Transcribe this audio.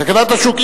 תקנת השוק,